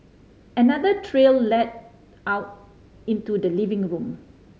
another trail led out into the living room